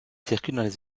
circulent